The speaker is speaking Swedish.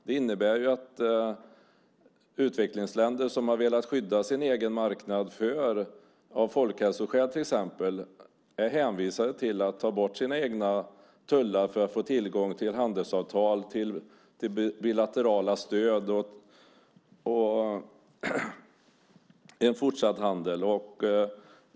Det innebär att utvecklingsländer som har velat skydda sin egen marknad, av folkhälsoskäl till exempel, är hänvisade till att ta bort sina egna tullar för att få tillgång till handelsavtal, bilaterala stöd och en fortsatt handel.